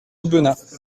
aubenas